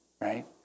right